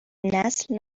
نسل